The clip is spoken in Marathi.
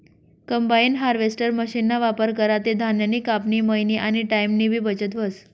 कंबाइन हार्वेस्टर मशीनना वापर करा ते धान्यनी कापनी, मयनी आनी टाईमनीबी बचत व्हस